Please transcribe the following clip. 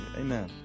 amen